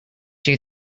you